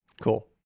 Cool